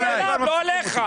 צעקתי עליו, לא עליך.